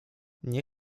nie